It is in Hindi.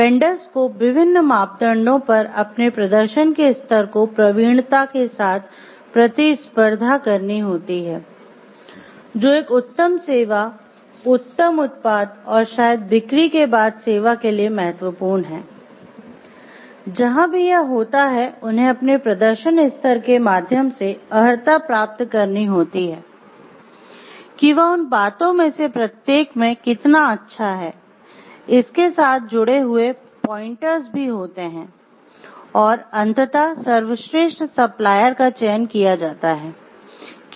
वेंडर पॉइंटर्स भी होते हैं और अंततः सर्वश्रेष्ठ सप्लायर का चयन किया जाता है कि वे कितने अच्छे हैं